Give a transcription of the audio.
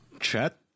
Chat